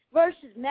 versus